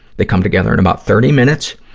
they come together in about thirty minutes.